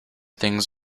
things